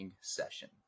session